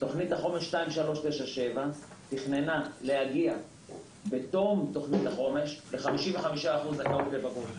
תוכנית החומש 2397 תכננה להגיע בתום תוכנית החומש ל-55% זכאות לבגרות.